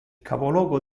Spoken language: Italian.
capoluogo